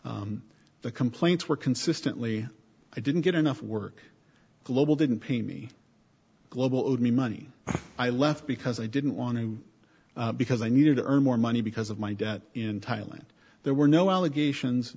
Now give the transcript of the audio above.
breath the complaints were consistently i didn't get enough work global didn't pay me global owed me money i left because i didn't want to because i needed to earn more money because of my debt in thailand there were no allegations